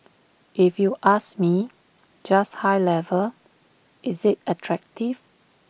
if you ask me just high level is IT attractive